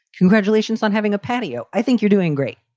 congratulations on having a patio. i think you're doing great.